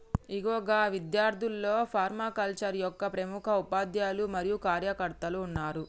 ఇగో గా ఇద్యార్థుల్లో ఫర్మాకల్చరే యొక్క ప్రముఖ ఉపాధ్యాయులు మరియు కార్యకర్తలు ఉన్నారు